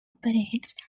operates